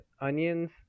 onions